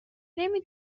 نمی